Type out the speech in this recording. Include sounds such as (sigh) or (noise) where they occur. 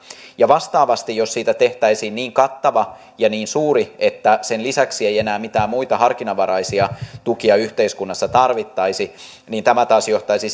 ja vastaavasti jos siitä tehtäisiin niin kattava ja niin suuri että sen lisäksi ei enää mitään muita harkinnanvaraisia tukia yhteiskunnassa tarvittaisi niin tämä taas johtaisi (unintelligible)